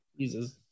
jesus